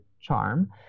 charm